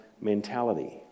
mentality